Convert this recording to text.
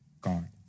God